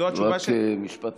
רק משפט אחרון.